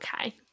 okay